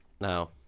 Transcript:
No